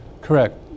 Correct